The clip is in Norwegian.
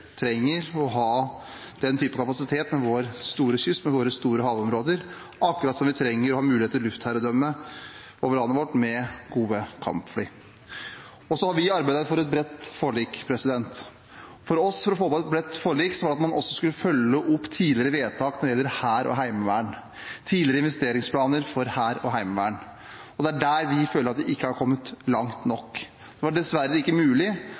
trenger å ha den typen kapasitet med vår lange kyst og våre store havområder, akkurat som at vi trenger å ha mulighet til luftherredømme over landet vårt med gode kampfly. Vi har arbeidet for et bredt forlik. For oss handlet det å få til et bredt forlik om at man skulle følge opp tidligere vedtak og investeringsplaner for Hæren og Heimevernet. Det er der vi føler at vi ikke har kommet langt nok. Det var dessverre ikke mulig